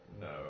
No